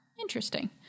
Interesting